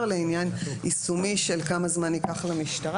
לעניין יישומי של כמה זמן ייקח למשטרה.